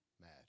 mad